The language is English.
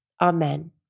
Amen